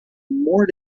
more